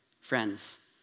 Friends